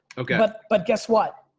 okay. but but guess what?